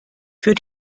für